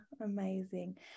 amazing